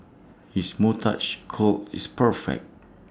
his moustache curl is perfect